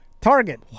Target